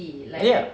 ya